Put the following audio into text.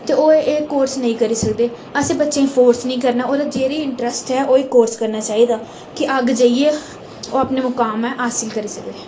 ते ओह् एह् कोर्स नेईं करी सकदे असें बच्चें गी फोर्स नी करना होर जेह्दे च इंट्रस्ट ऐ ओह् ही कोर्स करना चाहिदा कि अग्गें जाइयै ओह् अपने मुकाम हासल करी सकै